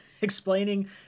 explaining